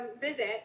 visit